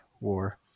war